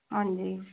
ਹਾਂਜੀ